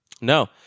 No